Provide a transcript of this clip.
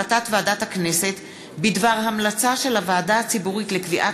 החלטת ועדת הכנסת בדבר המלצה של הוועדה הציבורית לקביעת